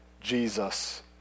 Jesus